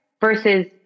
versus